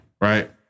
right